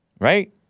Right